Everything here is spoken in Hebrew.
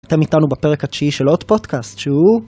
אתם איתנו בפרק התשיעי של עוד פודקאסט, שהוא